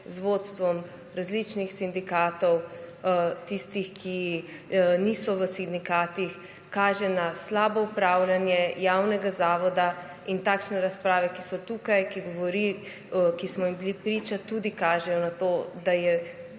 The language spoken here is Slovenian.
z vodstvom, različnih sindikatov, tistih, ki niso v sindikatih, kaže na slabo upravljanje javnega zavoda. Takšne razprave, ki so tukaj, ki smo jim bili priča, tudi kažejo na to, da je